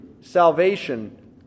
salvation